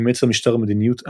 אימץ המשטר מדיניות אנטי-ישראלית.